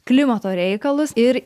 klimato reikalus ir